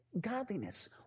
godliness